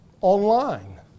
online